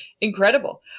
Incredible